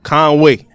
Conway